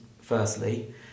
firstly